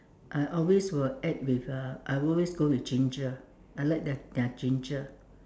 I will always will add with uh I always go with ginger I like their their ginger